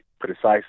precisely